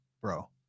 bro